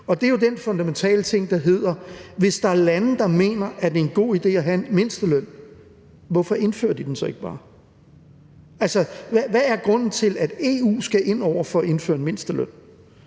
Og det er jo den fundamentale ting, der går på, at hvis der er lande, der mener, at det er en god idé at have en mindsteløn, hvorfor indfører de den så ikke bare? Altså, hvad er grunden til, at EU skal ind over for at indføre en mindsteløn?